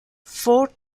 four